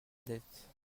dette